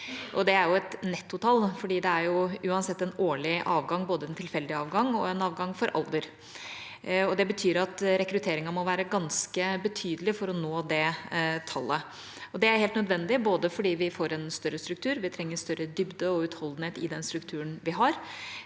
Det er et nettotall, for det er uansett en årlig avgang, både en tilfeldig avgang og en avgang for alder. Det betyr at rekrutteringen må være ganske betydelig for å nå det tallet. Det er helt nødvendig, både fordi vi får en større struktur, vi trenger større dybde og utholdenhet i den strukturen vi har,